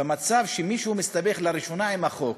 במצב שמישהו מסתבך לראשונה עם החוק,